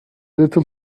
little